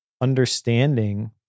understanding